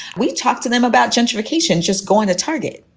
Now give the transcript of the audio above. we talked to them about gentrification. just going to target,